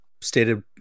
stated